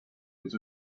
which